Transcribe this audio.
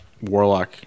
Warlock